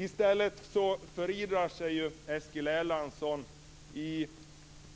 I stället förivrar sig Eskil Erlandsson i